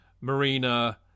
Marina